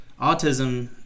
autism